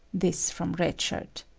this from red shirt.